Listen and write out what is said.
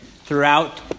throughout